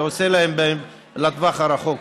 זה עושה להם טוב בטווח הרחוק,